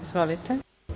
Izvolite.